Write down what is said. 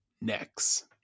next